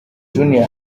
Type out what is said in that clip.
junior